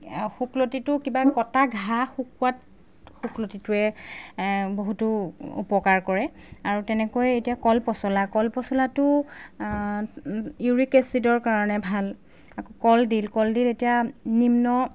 শুকলতিটো কিবা কটা ঘাঁহ শুকোৱাত শুকলতিটোৱে বহুতো উপকাৰ কৰে আৰু তেনেকৈ এতিয়া কল পচলা কল পচলাটো ইউৰিক এচিডৰ কাৰণে ভাল আকৌ কলডিল কলডিল এতিয়া নিম্ন